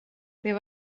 det